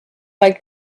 like